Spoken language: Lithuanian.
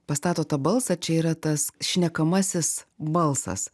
pastato tą balsą čia yra tas šnekamasis balsas